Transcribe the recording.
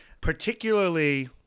particularly